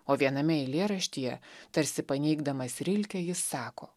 o viename eilėraštyje tarsi paneigdamas rilkę jis sako